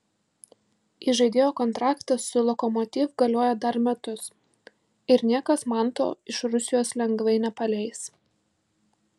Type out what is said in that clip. įžaidėjo kontraktas su lokomotiv galioja dar metus ir niekas manto iš rusijos lengvai nepaleis